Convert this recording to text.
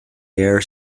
air